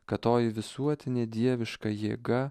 kad toji visuotinė dieviška jėga